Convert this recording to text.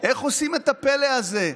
איך עושים את הפלא הזה,